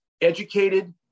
Educated